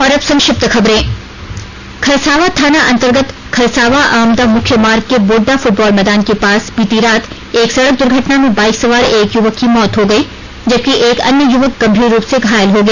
और अब संक्षिप्त खबरें खरसावां थाना अंतर्गत खरसावां आमदा मुख्य मार्ग के बोडडा फुटबॉल मैदान के पास बीती रात एक सड़क दुर्घटना में बाइक सवार एक युवक की मौत हो गयी जबकि एक अन्य युवक गंभीर रूप से घायल हो गया